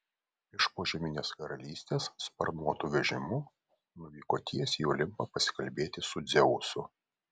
iš požeminės karalystės sparnuotu vežimu nuvyko tiesiai į olimpą pasikalbėti su dzeusu